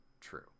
true